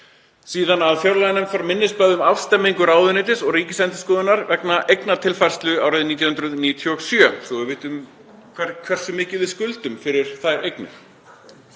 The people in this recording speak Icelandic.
Síðan að fjárlaganefnd fengi minnisblöð um afstemmingu ráðuneytis og Ríkisendurskoðunar vegna eignatilfærslunnar árið 1997, svo að við vitum hversu mikið við skuldum fyrir þær eignir.